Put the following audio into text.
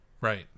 Right